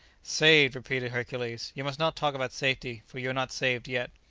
saved! repeated hercules, you must not talk about safety, for you are not saved yet.